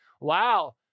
Wow